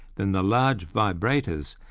than the large vibrators,